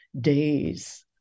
days